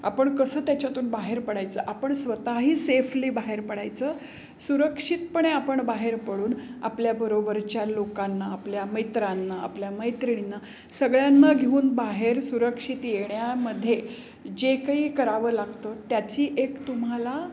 आपण कसं त्याच्यातून बाहेर पडायचं आपण स्वतःही सेफली बाहेर पडायचं सुरक्षितपणे आपण बाहेर पडून आपल्याबरोबरच्या लोकांना आपल्या मैत्रांना आपल्या मैत्रिणींना सगळ्यांना घेऊन बाहेर सुरक्षित येण्यामध्ये जे काई करावं लागतं त्याची एक तुम्हाला